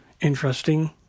interesting